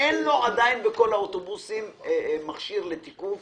אין עדיין בכל האוטובוסים מכשיר תיקוף